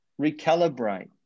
recalibrate